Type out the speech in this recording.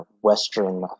Western